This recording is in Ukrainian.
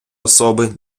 особи